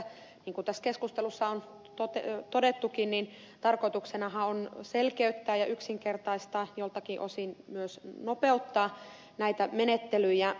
niin kuin tässä keskustelussa on todettukin niin tarkoituksenahan on selkeyttää ja yksinkertaistaa ja joiltakin osin myös nopeuttaa näitä menettelyjä